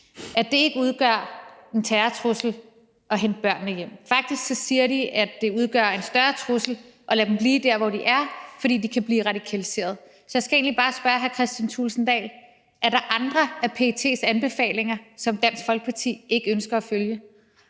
at det ikke udgør en terrortrussel at hente børnene hjem. Faktisk siger de, at det udgør en større trussel at lade dem blive der, hvor de er, fordi de kan blive radikaliseret. Så jeg skal egentlig bare spørge, hr. Kristian Thulesen Dahl: Er der andre af PET's anbefalinger, som Dansk Folkeparti ikke ønsker at følge?